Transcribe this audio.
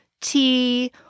tea